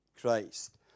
Christ